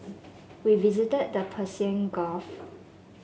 we visited the Persian Gulf